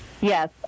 Yes